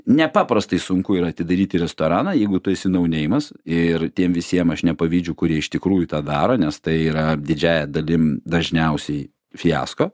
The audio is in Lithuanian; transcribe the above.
nepaprastai sunku yra atidaryti restoraną jeigu tu esi nau neimas ir tiem visiem aš nepavydžiu kurie iš tikrųjų tą daro nes tai yra didžiąja dalim dažniausiai fiasko